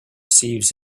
sieves